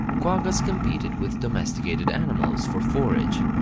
quaggas competed with domesticated animals for forage.